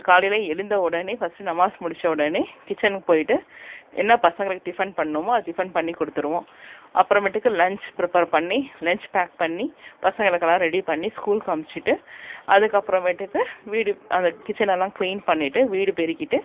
காலையில் எழுந்த உடனே ஃபர்ஸ்ட் நமாஸ் முடித்த உடனே கிச்சனுக்கு போய்விட்டு என்ன பசங்களுக்கு டிஃபன் பண்ணணுமோ அது டிஃபன் பண்ணி கொடுத்துருவோம் அப்புறமேட்டுக்கு லன்ச் ப்ரிப்பேர் பண்ணி லன்ச் பேக் பண்ணி பசங்களுக்குலாம் ரெடி பண்ணி ஸ்கூலுக்கு அம்ச்சுட்டு அதுக்கப்புறோமேட்டுக்கு வீடு அது கிச்சனெல்லாம் க்ளீன் பண்ணிவிட்டு வீடு பெருக்கிவிட்டு